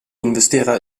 investera